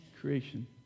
creation